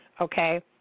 okay